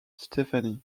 stephanie